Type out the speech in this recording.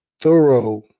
thorough